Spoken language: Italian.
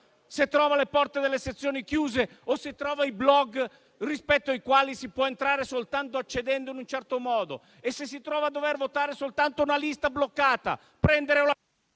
se trova le porte delle sezioni chiuse o si trova i *blog*, rispetto ai quali si può entrare soltanto accedendo in un certo modo, o se si trova a dover votare soltanto una lista bloccata, prendere o